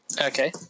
Okay